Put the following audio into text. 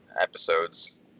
episodes